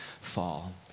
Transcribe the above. fall